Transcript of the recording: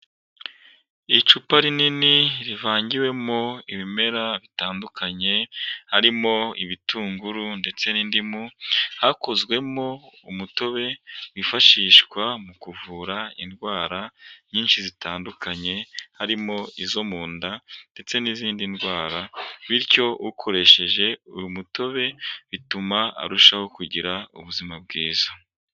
Icupa rinini rivangiwemo ibimera bitandukanye harimo ibitunguru ndetse n'indimu hakozwemo umutobe wifashishwa mu kuvura indwara nyinshi zitandukanye harimo izo mu nda ndetse n'izindi ndwara bityo ukoresheje uyu mutobe bituma arushaho kugira ubuzima bwiza.